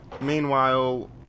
Meanwhile